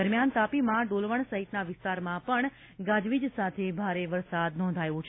દરમ્યાન તાપીમાં ડોલવણ સહિતના વિસ્તારમાં પણ ગાજવીજ સાથે ભારે વરસાદ નોંધાયો છે